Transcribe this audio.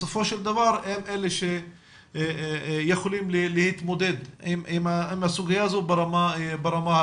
בסופו של דבר הם אלה שיכולים להתמודד עם הסוגיה הזו ברמה הפלילית.